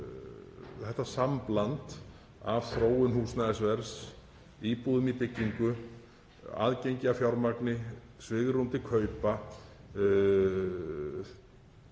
þetta sambland af þróun húsnæðisverðs, íbúðum í byggingu, aðgengi að fjármagni, svigrúmi til kaupa,